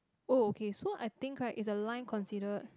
oh okay so I think right is a line consider